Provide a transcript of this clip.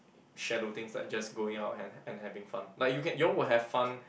shallow things like just going out and ha~ and having fun like you can you all will have fun